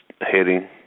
heading